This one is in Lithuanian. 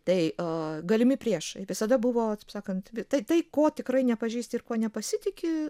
tai a galimi priešai visada buvo taip sakant tai tai ko tikrai nepažįsti ir kuo nepasitiki